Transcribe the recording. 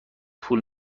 پول